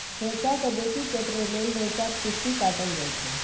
रैंचा केँ बेसी चतरै लेल रैंचाक टुस्सी काटल जाइ छै